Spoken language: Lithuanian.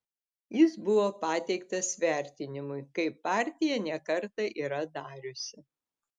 jis buvo pateiktas vertinimui kaip partija ne kartą yra dariusi